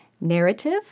narrative